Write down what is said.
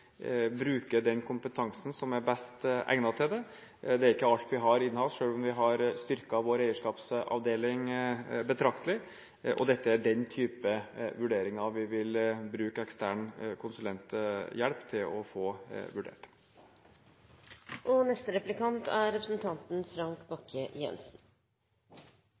bruker den kompetansen som er best egnet til det. Det er ikke alt vi har innad, selv om vi har styrket vår eierskapsavdeling betraktelig. Dette er den type vurderinger vi vil bruke ekstern konsulenthjelp til å få